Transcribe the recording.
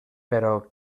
però